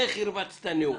איך הרבצת נאום?